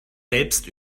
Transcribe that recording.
selbst